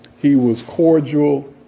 he was cordial.